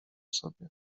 sobie